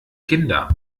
kinder